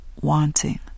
wanting